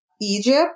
Egypt